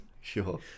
Sure